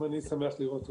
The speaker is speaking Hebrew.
גם אני שמח לראות אותך.